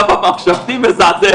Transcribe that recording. הקו המחשבתי מזעזע,